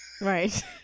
Right